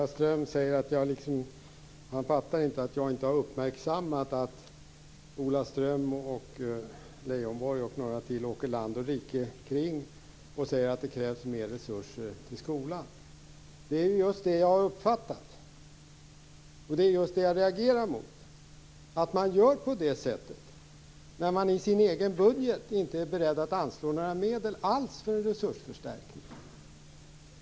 Fru talman! Ola Ström säger att jag inte har uppfattat att Ola Ström, Lars Leijonborg och några till åker land och rike kring och talar om att det krävs mer resurser till skolan. Det är just det jag har uppfattat. Det är just det jag reagerar mot, att man gör på det sättet när man i sin egen budget inte är beredd att anslå några medel alls för en resursförstärkning.